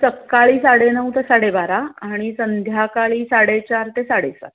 सकाळी साडेनऊ ते साडेबारा आणि संध्याकाळी साडेचार ते साडेसात